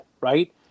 right